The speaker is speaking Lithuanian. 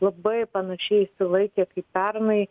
labai panašiai išsilaikė kaip pernai